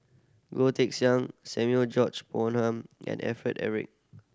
Goh Teck Sian Samuel George Bonham and Alfred Eric